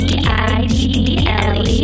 D-I-D-D-L-E